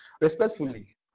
respectfully